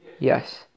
Yes